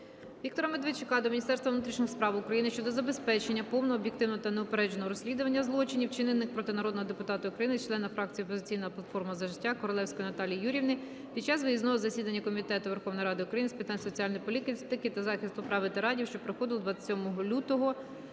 Віктора Медведчука до міністра внутрішніх справ України щодо забезпечення повного, об'єктивного та неупередженого розслідування злочинів, вчинених проти народного депутата України, члена фракції "Опозиційна платформа - За життя" Королевської Наталії Юріївни під час виїзного засідання Комітету Верховної Ради України з питань соціальної політики та захисту прав ветеранів, що проходило 27 лютого